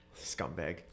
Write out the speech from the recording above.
scumbag